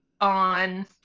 on